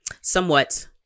somewhat